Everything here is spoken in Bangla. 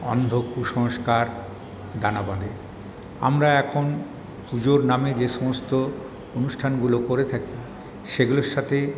অন্ধ কুসংস্কার ডানা বাঁধে আমরা এখন পুজোর নামে যে সমস্ত অনুষ্ঠানগুলো করে থাকি সেগুলোর সাথে